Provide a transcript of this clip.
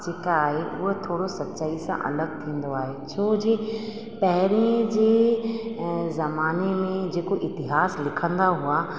जेका आहे उहा थोरो सचाई सां अलॻि थींदो आहे छोजे पहिरीं जे ऐं ज़माने में जेको इतिहासु लिखंदा हुआ